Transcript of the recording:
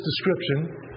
description